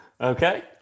okay